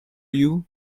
you